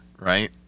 right